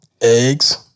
Eggs